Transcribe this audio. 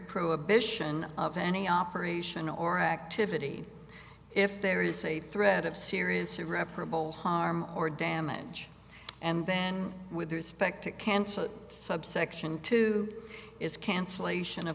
prohibition of any operation or activity if there is a threat of serious irreparable harm or damage and then with respect to cancel subsection two is cancellation of